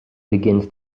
begins